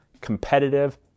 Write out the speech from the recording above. competitive